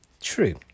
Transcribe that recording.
True